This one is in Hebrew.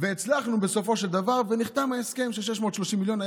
והצלחנו בסופו של דבר, ונחתם ההסכם של 630 מיליון.